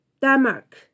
Denmark